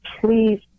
please